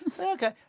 Okay